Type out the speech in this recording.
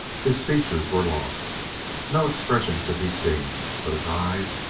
his features were lost no expression could be seen. but his eyes,